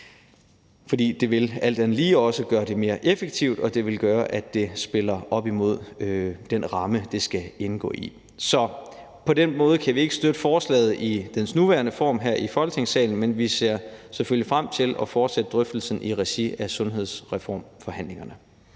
Det vil alt andet lige også gøre det mere effektivt, og det vil gøre, at det spiller op imod den ramme, det skal indgå i. Så på den måde kan vi ikke støtte forslaget i dets nuværende form her i Folketingssalen, men vi ser selvfølgelig frem til at fortsætte drøftelsen i regi af sundhedsreformforhandlingerne.